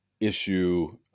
issue